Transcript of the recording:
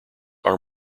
are